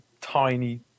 tiny